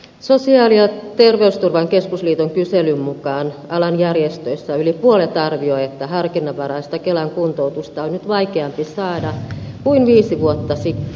sosiaali ja terveysturvan keskusliiton kyselyn mukaan alan järjestöistä yli puolet arvioi että harkinnanvaraista kelan kuntoutusta on nyt vaikeampi saada kuin viisi vuotta sitten